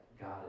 God